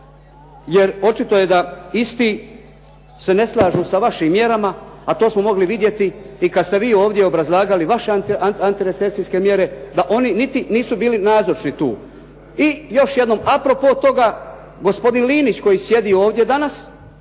jer očito je da isti se ne slažu sa vašim mjerama, a to smo mogli vidjeti i kada ste vi ovdje obrazlagali i vaše antirecesijske mjere da oni nisu bili niti nazočni tu. I još jednom a propos toga, gospodin Linić koji sjedi ovdje danas,